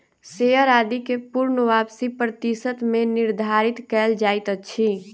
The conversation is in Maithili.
शेयर आदि के पूर्ण वापसी प्रतिशत मे निर्धारित कयल जाइत अछि